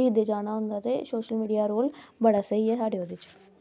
दूर दूर जाना होंदा ते सोशल मीडिया दा रोल बड़ा स्हेई ऐ ओह्दे च